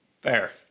Fair